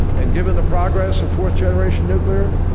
and, given the progress of fourth generation nuclear?